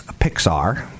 Pixar